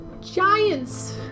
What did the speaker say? Giants